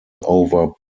over